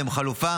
והם חלופה